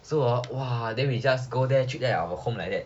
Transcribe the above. so orh !wah! then we just go there treat it like our home like that